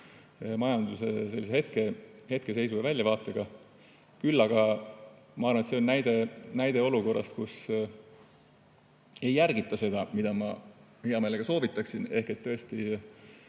majanduse hetkeseisu ja väljavaatega. Küll aga ma arvan, et see on näide olukorrast, kus ei järgita seda, mida ma hea meelega soovitaksin, ehk et väga